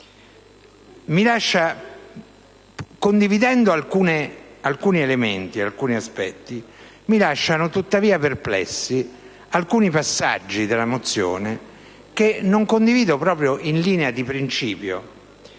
punti. Pur condividendo alcuni aspetti, mi lasciano tuttavia perplesso alcuni passaggi della mozione, che non condivido proprio in linea di principio.